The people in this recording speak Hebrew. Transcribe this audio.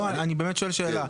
אני באמת שואל שאלה.